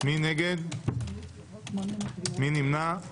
7 נגד אין נמנעים